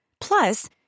Plus